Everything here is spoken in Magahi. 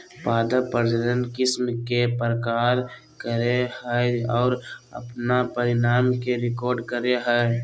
पादप प्रजनन किस्म के पार करेय हइ और अपन परिणाम के रिकॉर्ड करेय हइ